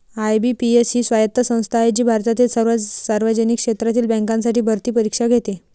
IBPS ही स्वायत्त संस्था आहे जी भारतातील सर्व सार्वजनिक क्षेत्रातील बँकांसाठी भरती परीक्षा घेते